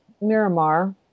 Miramar